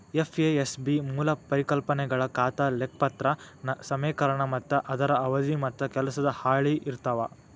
FASB ಮೂಲ ಪರಿಕಲ್ಪನೆಗಳ ಖಾತಾ ಲೆಕ್ಪತ್ರ ಸಮೇಕರಣ ಮತ್ತ ಅದರ ಅವಧಿ ಮತ್ತ ಕೆಲಸದ ಹಾಳಿ ಇರ್ತಾವ